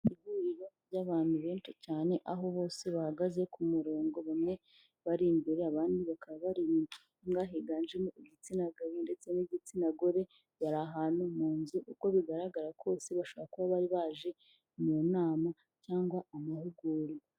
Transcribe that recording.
Ihuriro ry'abantu benshi cyane, aho bose bahagaze ku murongo, bamwe bari imbere, abandi bakaba bari inyuma, higanjemo igitsina gabo ndetse n'igitsina gore, bari ahantu mu nzu, uko bigaragara kose bashobora kuba bari baje mu nama cyangwa amahugurwa.